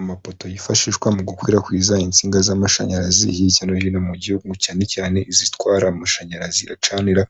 Amapoto yifashishwa mu gukwirakwiza insinga z'amashanyarazi hirya no hino mu gihugu cyane cyane izitwara amashanyarazi acanira